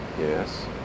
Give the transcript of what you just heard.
Yes